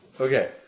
okay